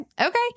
Okay